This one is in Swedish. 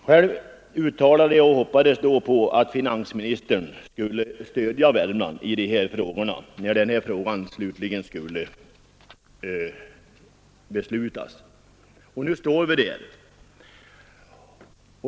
Själv uttalade jag och hoppades på att finansministern skulle stödja Värmland när beslut i denna fråga slutligen skulle fattas. Nu står vi där.